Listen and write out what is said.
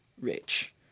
rich